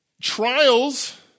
Trials